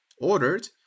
Ordered